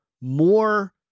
more